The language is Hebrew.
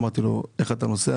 אמרתי לו 'איך אתה נוסע?